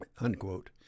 unquote